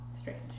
Strange